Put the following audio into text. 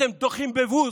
אתם דוחים בבוז,